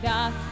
God